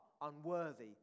unworthy